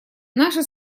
наши